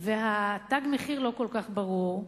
ותג המחיר לא כל כך ברור,